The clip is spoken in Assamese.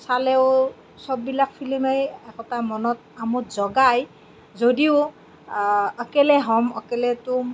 চালেও চববিলাক ফিলিমেই একোটা মনত আমোদ জগায় যদিও অকেলে হম অকেলে তুম